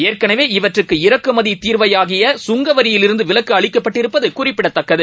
ஏற்களவே இவற்றுக்கு இறக்குமதிதீர்வையாகிய சுங்கவரியிலிருந்துவிலக்குஅளிக்கப்பட்டிருப்பதுகுறிப்பிடத்தக்கது